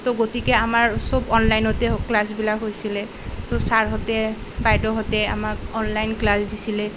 তো গতিকে আমাৰ চব অনলাইনতে ক্লাছবিলাক হৈছিলে তো ছাৰহঁতে বাইদেউহঁতে আমাক অনলাইন ক্লাছ দিছিলে